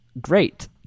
great